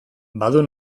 badu